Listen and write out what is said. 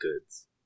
goods